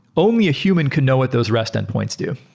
only a human can know what those rest end points do.